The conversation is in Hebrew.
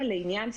עוד שני דברים.